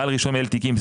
בעל רישיון מנהל תיקים,